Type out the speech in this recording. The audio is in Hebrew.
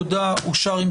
הצבעה הצו אושר.